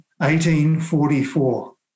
1844